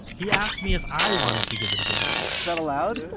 he asked me if i wanted to give it a go is that allowed?